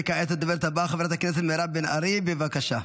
וכעת הדוברת הבאה, חברת הכנסת מירב בן ארי, בבקשה.